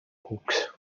cucs